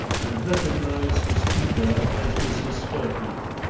and recognized the speaker as mrs. spurfield.